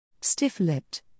Stiff-lipped